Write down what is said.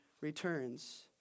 returns